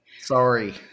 Sorry